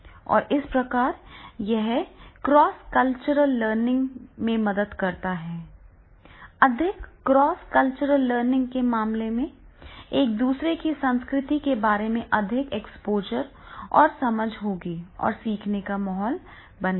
और इस प्रकार यह क्रॉस कल्चरल लर्निंग में मदद करता है अधिक क्रॉस कल्चरल लर्निंग के मामले में एक दूसरे की संस्कृति के बारे में अधिक एक्सपोजर और समझ होगी और सीखने का माहौल बनेगा